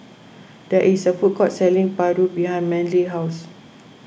there is a food court selling Paru behind Manly's house